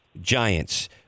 Giants